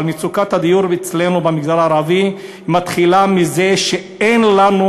אבל מצוקת הדיור אצלנו במגזר הערבי מתחילה מזה שאין לנו